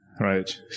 right